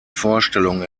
vorstellung